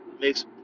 makes